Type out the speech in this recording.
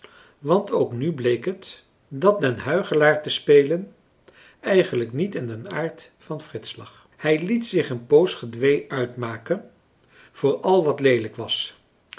want ook nu bleek het dat den huichelaar te spelen eigenlijk niet in den aard van frits lag hij liet zich een poos gedwee uitmaken voor al wat leelijk was